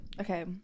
Okay